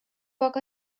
aga